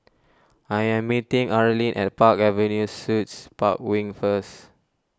I am meeting Arlin at Park Avenue Suites Park Wing first